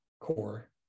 core